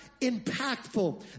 impactful